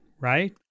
right